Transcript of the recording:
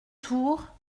tour